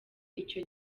icyo